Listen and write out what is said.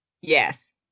Yes